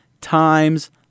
times